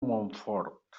montfort